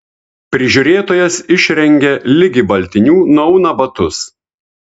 prižiūrėtojas išrengia ligi baltinių nuauna batus